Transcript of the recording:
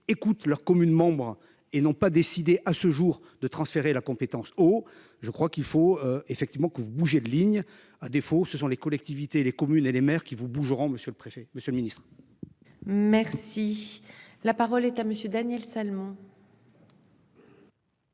écoute leurs communes membres et non pas décidé à ce jour de transférer la compétence. Oh, je crois qu'il faut effectivement que vous bougez de ligne. À défaut, ce sont les collectivités, les communes et les maires qui vous bougeront Monsieur le préfet, monsieur le ministre. Merci. La parole est à Monsieur Daniel Salmon.